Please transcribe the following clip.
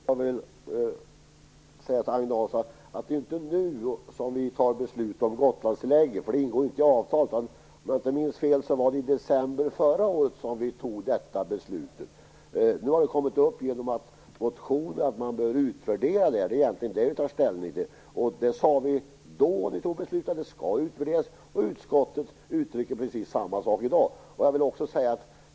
Fru talman! Jag vill säga till Agne Hansson att vi inte fattar beslut om Gotlandstillägget nu. Det ingår inte i avtalet. Om jag inte minns fel var det i december förra året som vi fattade detta beslut. Nu har det kommit upp igen genom motioner om att man bör utvärdera det. Det är egentligen det vi tar ställning till. När vi fattade beslutet sade vi att det skall utvärderas. Utskottet uttrycker precis samma sak i dag.